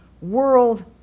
world